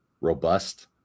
robust